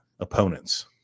Opponents